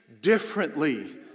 differently